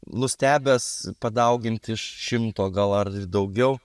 nustebęs padaugint iš šimto gal ar daugiau